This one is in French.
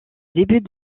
début